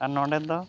ᱟᱨ ᱱᱚᱰᱮᱫᱚ